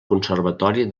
conservatori